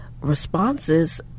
responses